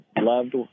loved